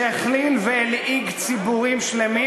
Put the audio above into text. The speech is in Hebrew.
שהכליל והלעיג ציבורים שלמים,